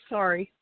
Sorry